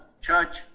Church